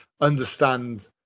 understand